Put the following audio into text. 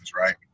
right